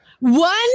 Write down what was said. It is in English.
one